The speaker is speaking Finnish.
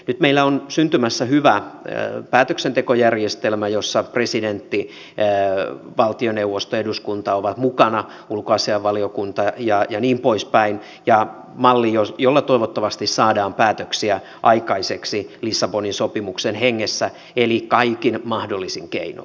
nyt meillä on syntymässä hyvä päätöksentekojärjestelmä jossa presidentti valtioneuvosto eduskunta ovat mukana ulkoasiainvaliokunta ja niin poispäin ja malli jolla toivottavasti saadaan päätöksiä aikaiseksi lissabonin sopimuksen hengessä eli kaikin mahdollisin keinoin